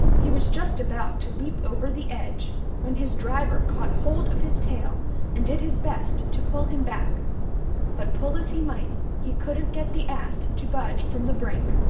he was just about to leap over the edge when his driver caught hold of his tail and did his best to pull him back but pull as he might he couldn't get the ass to budge from the brink.